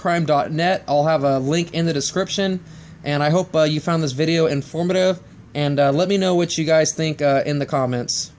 crime dot net i'll have a link in the description and i hope you found this video informative and let me know what you guys think in the comments